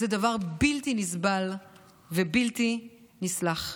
זה דבר בלתי נסבל ובלתי נסלח.